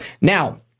Now